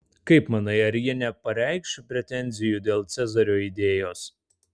kaip manai ar jie nepareikš pretenzijų dėl cezario idėjos